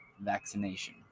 vaccination